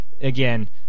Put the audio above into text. again